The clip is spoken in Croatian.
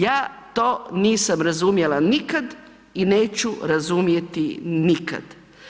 Ja to nisam razumjela nikad i neću razumjeti nikad.